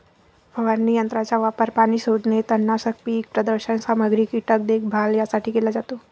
फवारणी यंत्राचा वापर पाणी सोडणे, तणनाशक, पीक प्रदर्शन सामग्री, कीटक देखभाल यासाठी केला जातो